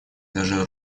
даже